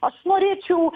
aš norėčiau